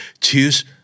choose